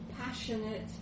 passionate